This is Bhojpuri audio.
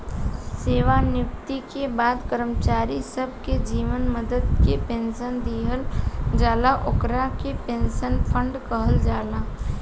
सेवानिवृत्ति के बाद कर्मचारी सब के जवन मदद से पेंशन दिहल जाला ओकरा के पेंशन फंड कहल जाला